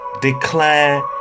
Declare